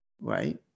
right